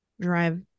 drive